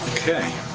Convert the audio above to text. okay.